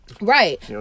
Right